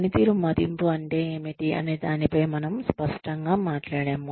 పనితీరు మదింపు అంటే ఏమిటి అనే దానిపై మనము స్పష్టంగా మాట్లాడాము